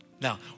Now